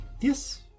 Yes